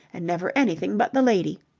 and never anything but the lady.